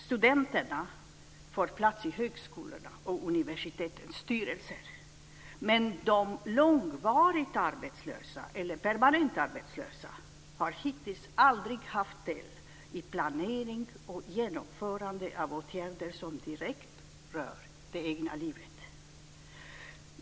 Studenterna får plats i högskolornas och universitetens styrelser. Men de långvarigt eller permanent arbetslösa har hittills aldrig haft del i planering och genomförande av åtgärder som direkt rör det egna livet.